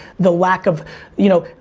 the lack of you know.